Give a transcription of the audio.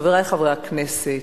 חברי חברי הכנסת,